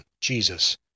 Jesus